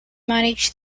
manage